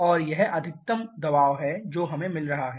और यह अधिकतम दबाव है जो हमें मिल रहा है